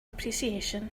appreciation